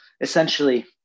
essentially